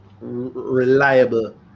reliable